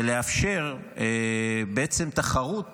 ולאפשר בעצם תחרות